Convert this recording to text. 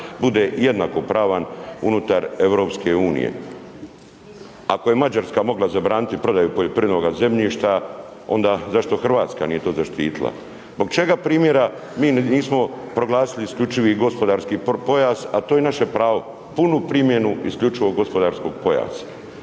bude jednakopravan unutar EU. Ako je Mađarska mogla zabraniti prodaju poljoprivrednoga zemljišta onda zašto Hrvatska nije to zaštita. Zbog čega primjera mi nismo proglasili isključivi gospodarski pojas, a to je naše pravo, punu primjenu isključivog gospodarskog pojasa.